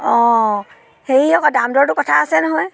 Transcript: অঁ হেৰি আকৌ দাম দৰটোৰ কথা আছে নহয়